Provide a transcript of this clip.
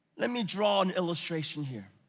let me draw an illustration here.